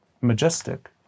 majestic